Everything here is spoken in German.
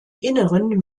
inneren